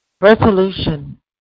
resolution